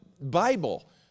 Bible